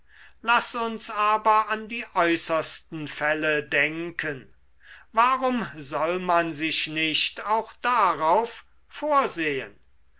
laß uns aber an die äußersten fälle denken warum soll man sich nicht auch darauf vorsehen